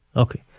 ok,